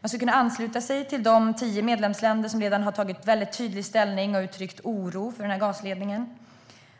Man skulle kunna ansluta sig till de tio medlemsländer som redan har tagit tydlig ställning och som har uttryckt oro över gasledningen.